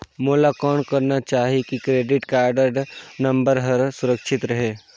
मोला कौन करना चाही की क्रेडिट कारड नम्बर हर सुरक्षित रहे?